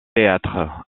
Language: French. théâtre